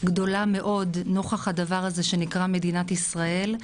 גדולה מאוד נוכח הדבר הזה שנקרא מדינת ישראל,